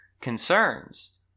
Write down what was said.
concerns